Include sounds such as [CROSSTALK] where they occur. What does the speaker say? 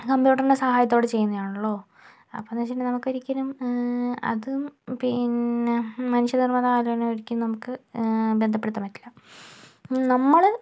കമ്പ്യൂട്ടറിൻ്റെ സഹായത്തോടെ ചെയ്യുന്നതാണല്ലോ അപ്പോന്ന് വെച്ചിട്ടുണ്ടേൽ നമുക്ക് ഒരിക്കലും അതും പിന്നെ മനുഷ്യനിർമിത [UNINTELLIGIBLE] നമുക്ക് ബന്ധപ്പെടുത്താൻ പറ്റില്ല നമ്മള്